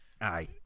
Aye